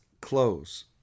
close